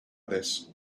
this